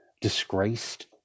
disgraced